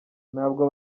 ntabwo